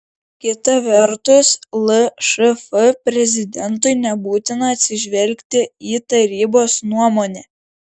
kita vertus lšf prezidentui nebūtina atsižvelgti į tarybos nuomonę